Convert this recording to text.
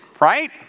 right